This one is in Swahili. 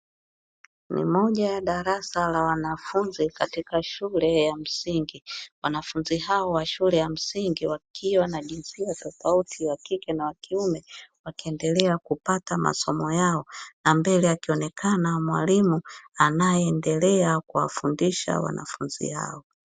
Moja ya darasa la wanafunzi katika shule ya msingi, wanafunzi hao wa shule ya msingi wakiwa na jinsia tofauti wakike na wakiume, wakiendelea kupata masomo yao na mbele akionekana mwalimu anayeendelea kuwafundisha wanafunzi hao.